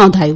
નોંધાયું